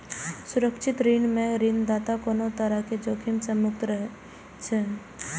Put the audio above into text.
सुरक्षित ऋण मे ऋणदाता कोनो तरहक जोखिम सं मुक्त रहै छै